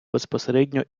безпосередньо